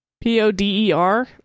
P-O-D-E-R